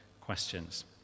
questions